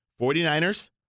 49ers